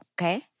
okay